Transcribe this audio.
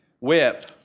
whip